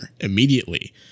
immediately